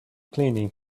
cleaning